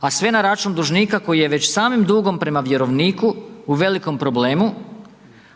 a sve na račun dužnika koji je već samim dugom prema vjerovniku u velikom problemu,